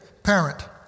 parent